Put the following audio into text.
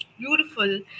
beautiful